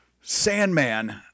Sandman